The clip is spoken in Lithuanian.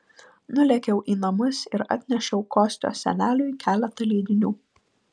nulėkiau į namus ir atnešiau kostios seneliui keletą leidinių